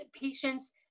patients